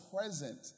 present